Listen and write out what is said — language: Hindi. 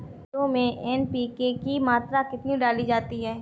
गेहूँ में एन.पी.के की मात्रा कितनी डाली जाती है?